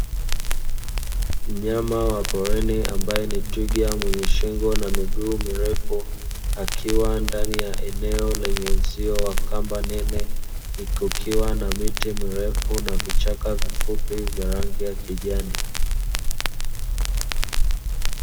Mnyama wa porini ambaye ni twiga mwenye shingo na miguu mirefu, akiwa ndani ya eneo lenye uzio wa kamba nene; kukiwa na miti mrefu na vichaka vifupi vya rangi ya kijani